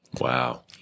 Wow